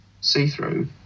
see-through